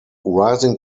rising